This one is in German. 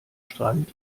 strand